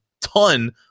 ton